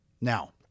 Now